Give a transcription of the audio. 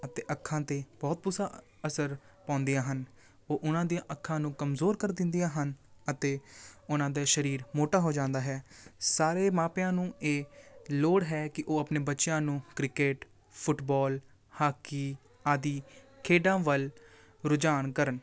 ਅਤੇ ਅੱਖਾਂ 'ਤੇ ਬਹੁਤ ਪੁਸਾ ਅਸਰ ਪਾਉਂਦੀਆਂ ਹਨ ਉਹ ਉਹਨਾਂ ਦੀਆਂ ਅੱਖਾਂ ਨੂੰ ਕਮਜ਼ੋਰ ਕਰ ਦਿੰਦੀਆਂ ਹਨ ਅਤੇ ਉਹਨਾਂ ਦਾ ਸਰੀਰ ਮੋਟਾ ਹੋ ਜਾਂਦਾ ਹੈ ਸਾਰੇ ਮਾਪਿਆਂ ਨੂੰ ਇਹ ਲੋੜ ਹੈ ਕਿ ਉਹ ਆਪਣੇ ਬੱਚਿਆਂ ਨੂੰ ਕ੍ਰਿਕਟ ਫੁੱਟਬਾਲ ਹਾਕੀ ਆਦਿ ਖੇਡਾਂ ਵੱਲ ਰੁਝਾਨ ਕਰਨ